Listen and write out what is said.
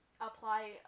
apply